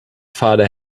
father